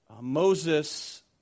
Moses